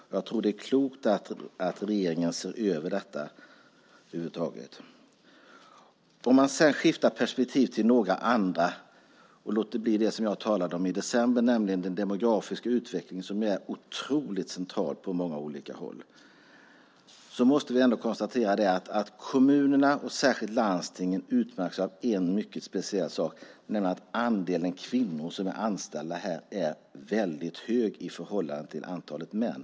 Det är klokt att regeringen ser över detta. Låt oss skifta perspektivet till något annat och låt det bli det jag talade om i december, nämligen den demografiska utvecklingen - som är otroligt central på många olika håll. Vi måste konstatera att kommunerna och särskilt landstingen utmärks av en mycket speciell sak, nämligen att andelen kvinnor bland de anställda är hög i förhållande till andelen män.